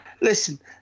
Listen